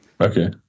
Okay